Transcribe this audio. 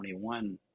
2021